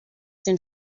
den